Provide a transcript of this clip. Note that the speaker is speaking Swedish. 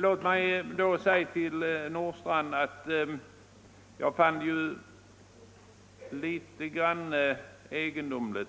Låt mig först säga till herr Nordstrandh att jag fann det litet egendomligt